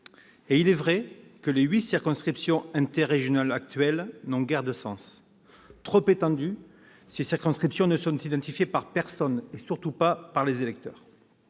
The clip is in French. également, que les huit circonscriptions interrégionales actuelles n'ont guère de sens. Trop étendues, elles ne sont identifiées par personne, et surtout pas par les électeurs.